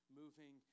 moving